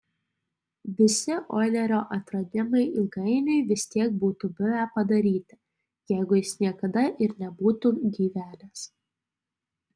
visi oilerio atradimai ilgainiui vis tiek būtų buvę padaryti jeigu jis niekada ir nebūtų gyvenęs